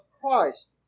Christ